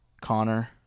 Connor